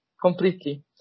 completely